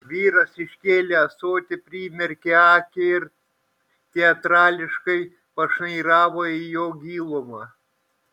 vyras iškėlė ąsotį primerkė akį ir teatrališkai pašnairavo į jo gilumą